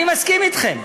אני מסכים אתכם.